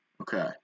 Okay